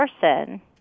person